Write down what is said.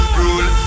rule